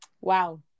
wow